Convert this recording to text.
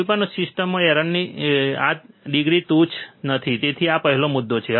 કોઈ પણ સિસ્ટમમાં એરરની આ ડિગ્રી તુચ્છ નથી તેથી આ પહેલો મુદ્દો છે